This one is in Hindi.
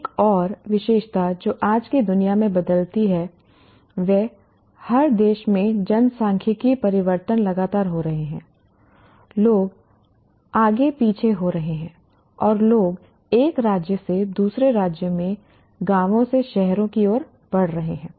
एक और विशेषता जो आज की दुनिया में बदलती है हर देश में जनसांख्यिकीय परिवर्तन लगातार हो रहे हैं लोग आगे पीछे हो रहे हैं और लोग एक राज्य से दूसरे राज्य में गांवों से शहरों की ओर बढ़ रहे हैं